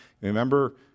remember